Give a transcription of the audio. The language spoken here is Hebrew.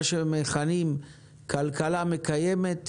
מה שמכנים כלכלה מקיימת,